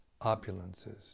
opulences